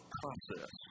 process